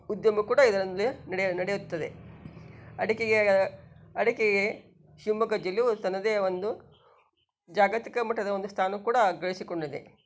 ಉದ್ಯಮ ಕೂಡ ಇದರಿಂದಲೆ ನಡೆಯ ನಡೆಯುತ್ತದೆ ಅಡಿಕೆಗೆ ಅಡಿಕೆಗೆ ಶಿವಮೊಗ್ಗ ಜಿಲ್ಲೆಯು ತನ್ನದೇ ಒಂದು ಜಾಗತಿಕ ಮಟ್ಟದ ಒಂದು ಸ್ಥಾನ ಕೂಡ ಗಳಿಸಿಕೊಂಡಿದೆ